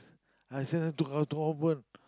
I sent her to Katong-Convent